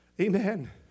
Amen